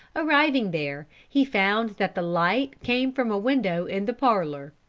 arriving there, he found that the light came from a window in the parlor.